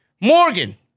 Morgan